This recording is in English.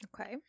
Okay